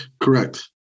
Correct